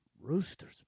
Rooster's